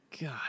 God